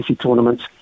tournaments